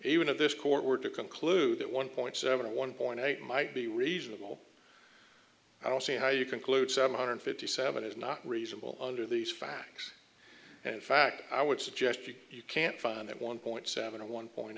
even of this court were to conclude that one point seven or one point eight might be reasonable i don't see how you conclude seven hundred fifty seven is not reasonable under these facts in fact i would suggest you you can't find that one point seven or one point